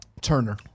Turner